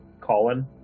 Colin